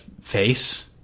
face